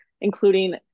including